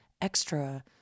extra